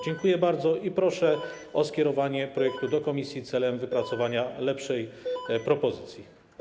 Dziękuję bardzo i proszę o skierowanie projektu do komisji celem wypracowania lepszej propozycji.